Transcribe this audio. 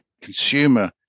consumer